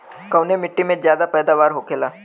कवने मिट्टी में ज्यादा पैदावार होखेला?